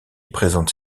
présente